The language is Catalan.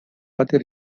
vàter